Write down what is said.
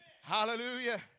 Hallelujah